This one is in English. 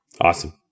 Awesome